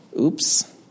Oops